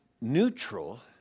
neutral